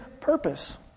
purpose